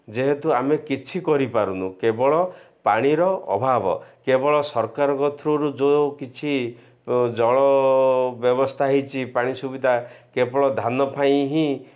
ଯେହେତୁ ଆମେ କିଛି କରିପାରୁନୁ କେବଳ ପାଣିର ଅଭାବ କେବଳ ସରକାରଙ୍କ ଥ୍ରୋରୁ ଯେଉଁ କିଛି ଜଳ ବ୍ୟବସ୍ଥା ହେଉଛି ପାଣି ସୁବିଧା କେବଳ ଧାନ ପାଇଁ ହିଁ